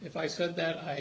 if i said that i